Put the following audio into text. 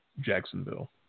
Jacksonville